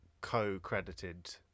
co-credited